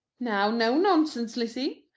now, no nonsense, lizzy!